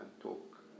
talk